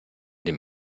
dem